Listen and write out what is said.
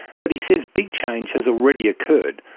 but he says big change has already occurred,